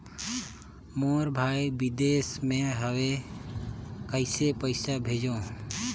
मोर भाई विदेश मे हवे कइसे पईसा भेजो?